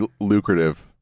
lucrative